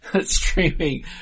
streaming